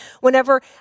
whenever